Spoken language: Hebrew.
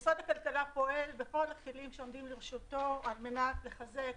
משרד הכלכלה פועל בכל הכלים העומדים לרשותו על מנת לחזק,